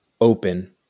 open